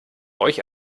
euch